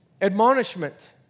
admonishment